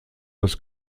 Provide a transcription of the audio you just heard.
das